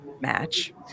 match